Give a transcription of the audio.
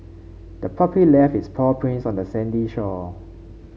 the puppy left its paw prints on the sandy shore